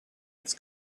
its